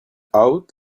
out